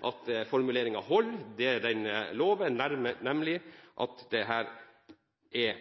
at formuleringen holder det den lover, nemlig at det her er en